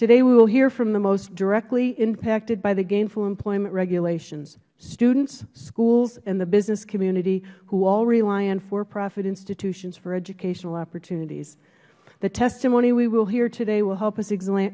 today we will hear from the most directly impacted by the gainful employment regulations students schools and the business community who all rely on for profit institutions for educational opportunities the testimony we will hear today will help us exa